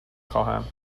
خواهم